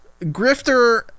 Grifter